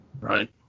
Right